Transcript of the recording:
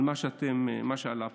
מה שעלה פה,